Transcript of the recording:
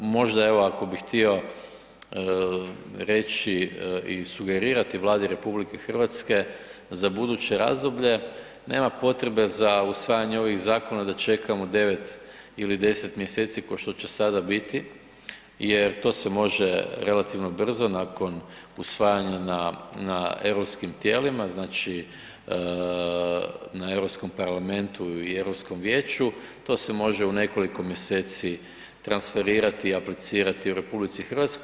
Možda evo ako bi htio reći i sugerirati Vladi RH za buduće razdoblje, nema potrebe za usvajanje ovih zakona da čekamo devet ili deset mjeseci ko što će sada biti jer to se može relativno brzo nakon usvajanja na europskim tijelima, na Europskom parlamentu i Europskom vijeću, to se može u nekoliko mjeseci transferirati i aplicirati u RH.